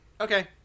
Okay